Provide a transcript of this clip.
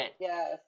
Yes